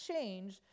change